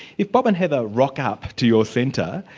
if bob and heather rock up to your centre,